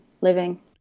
living